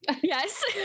yes